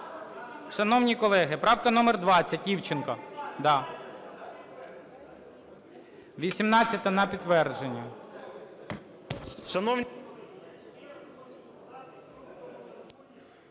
Шановні колеги, правка номер 20, Івченко. 18-а – на підтвердження.